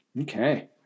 Okay